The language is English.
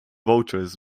voters